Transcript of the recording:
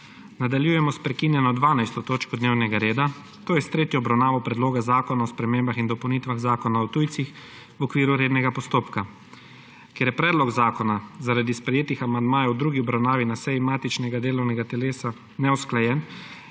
Nadaljujemo sprekinjeno 12. točko dnevnega reda – tretja obravnava Predloga zakona o spremembah in dopolnitvah Zakona o tujcih, redni postopek. Ker je predlog zakona zaradi sprejetih amandmajev v drugi obravnavi na seji matičnega delovnega telesa neusklajen,